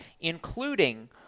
including